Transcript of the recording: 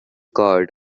cord